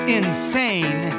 insane